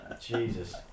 Jesus